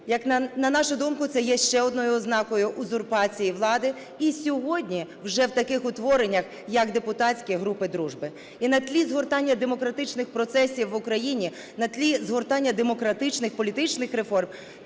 Як на нашу думку, це є ще одною ознакою узурпації влади і сьогодні вже в таких утвореннях, як депутатські групи дружби. І на тлі згортання демократичних процесів в Україні, на тлі згортання демократичних, політичних реформ